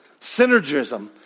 Synergism